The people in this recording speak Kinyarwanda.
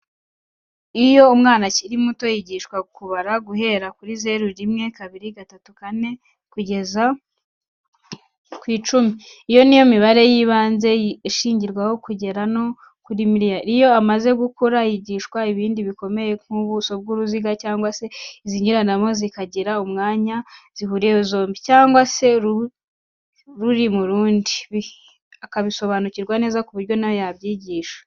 Iyo umwana akiri muto, yigishwa kubara guhera kuri zeru, rimwe, kabiri, gatatu, kane, gukomeza kugeza ku icumi. Iyo ni yo mibare y'ibanze iyindi yose ishingiraho kugera no kuri miliyari. Iyo amaze gukura yigishwa ibindi bikomeye kurenzaho, nk'ubuso bw'uruziga rumwe cyangwa izinyuranamo zikagira umwanya zihuriyeho zombi, cyangwa se rumwe ruri mu rundi, akabisobanukirwa neza ku buryo na we yabyigisha.